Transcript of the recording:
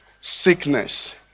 sickness